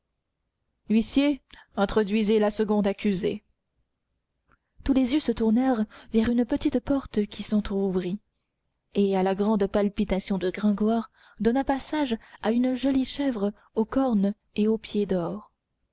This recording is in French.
huissier introduisez la seconde accusée tous les yeux se tournèrent vers une petite porte qui s'ouvrit et à la grande palpitation de gringoire donna passage à une jolie chèvre aux cornes et aux pieds d'or